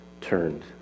turned